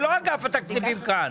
זה לא אגף התקציבים כאן.